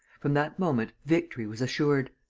from that moment, victory was assured.